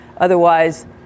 otherwise